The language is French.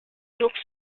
jours